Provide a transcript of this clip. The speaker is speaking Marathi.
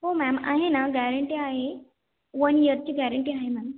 हो मॅम आहे ना गॅरेंटी आहे वन ईयरची गॅरेंटी आहे मॅम